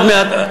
עוד מעט".